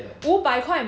mm